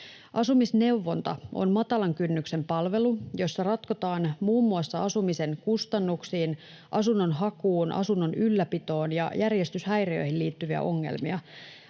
Asumisneuvonta on matalan kynnyksen palvelu, jossa ratkotaan muun muassa asumisen kustannuksiin, asunnonhakuun, asunnon ylläpitoon ja järjestyshäiriöihin liittyviä ongelmia.